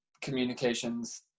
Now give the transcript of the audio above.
communications